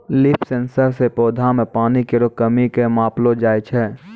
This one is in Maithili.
लीफ सेंसर सें पौधा म पानी केरो कमी क मापलो जाय छै